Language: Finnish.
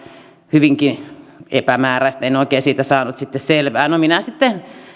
hyvinkin epämääräistä en en oikein siitä saanut sitten selvää no minä sitten